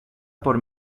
por